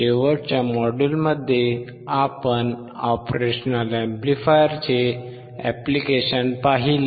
शेवटच्या मॉड्यूलमध्ये आपण ऑपरेशन अॅम्प्लिफायरचे ऍप्लिकेशन पाहिले